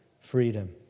freedom